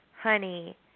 honey